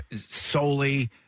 solely